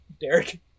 Derek